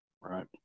Right